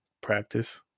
Practice